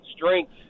strength